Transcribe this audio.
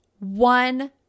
one